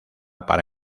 para